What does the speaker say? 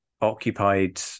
occupied